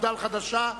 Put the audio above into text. מפד"ל החדשה,